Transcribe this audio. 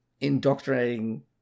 indoctrinating